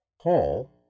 Paul